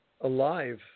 alive